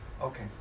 Okay